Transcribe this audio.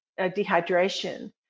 dehydration